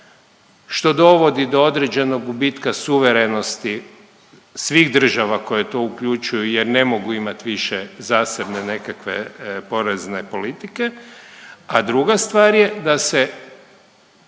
što dovodi do određenog gubitka suverenosti svih država koje to uključuju jer ne mogu imati više zasebne nekakve porezne politike, a druga stvar je da se